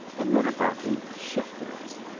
and then about the shifters.